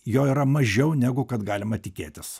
jo yra mažiau negu kad galima tikėtis